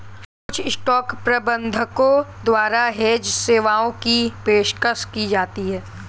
कुछ स्टॉक प्रबंधकों द्वारा हेज सेवाओं की पेशकश की जाती हैं